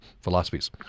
philosophies